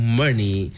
money